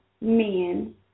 men